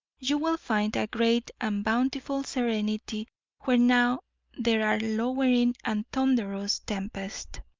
you will find a great and bountiful serenity where now there are lowering and thunderous tempests.